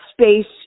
space